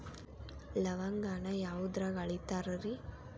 ಲವಂಗಾನ ಯಾವುದ್ರಾಗ ಅಳಿತಾರ್ ರೇ?